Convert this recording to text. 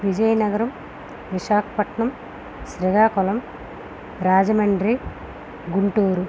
Vizianagaram Visakhapatnam Srikakulam Rajahmundry Guntur